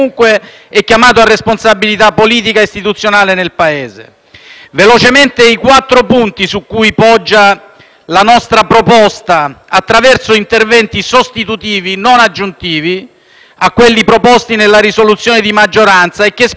velocemente i quattro punti su cui poggia la nostra proposta, attraverso interventi sostitutivi e non aggiuntivi a quelli proposti nella risoluzione di maggioranza e che esprimono una visione di politica economica reale,